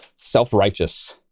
self-righteous